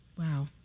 Wow